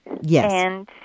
Yes